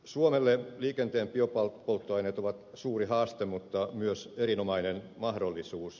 suomelle liikenteen biopolttoaineet ovat suuri haaste mutta myös erinomainen mahdollisuus